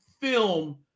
film